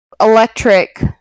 electric